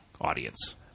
audience